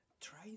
Try